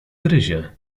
gryzie